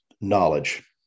knowledge